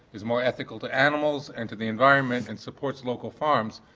is more ethical to animals and to the environment and supports local farms,